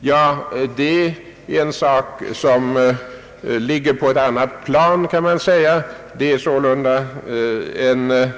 Detta är en sak som ligger på ett annat plan, kan man säga. Det är en